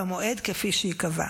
במועד כפי שייקבע.